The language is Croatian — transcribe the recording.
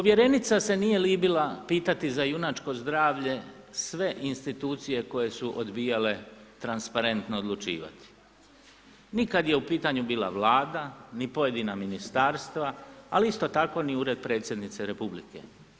Povjerenica se nije libila pitati za junačko zdravlje sve institucije koje su odbijale transparentno odlučivati ni kada je u pitanju bila Vlada ni pojedina ministarstva, ali isto tako ni Ured predsjednice Republike.